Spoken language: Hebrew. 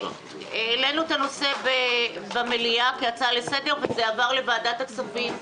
העלנו את הנושא במליאה כהצעה לסדר וזה עבר לוועדת הכספים.